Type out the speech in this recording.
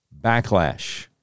Backlash